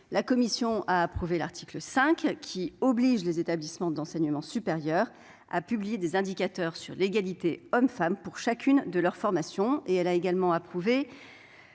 La commission a approuvé l'article 5, qui oblige les établissements de l'enseignement supérieur à publier des indicateurs sur l'égalité entre hommes et femmes pour chacune de leurs formations. Elle a également approuvé